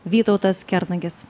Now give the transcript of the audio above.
vytautas kernagis